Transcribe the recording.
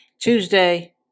Tuesday